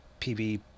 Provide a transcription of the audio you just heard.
PB